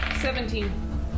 Seventeen